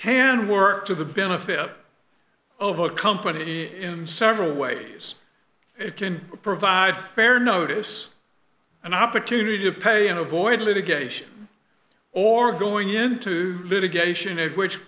can work to the benefit of a company in several ways it can provide fair notice an opportunity to pay and avoid litigation or going into litigation at which